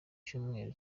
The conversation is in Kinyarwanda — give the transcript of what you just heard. cyumweru